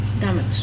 damage